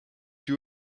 you